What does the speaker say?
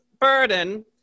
burden